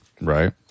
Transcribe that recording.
Right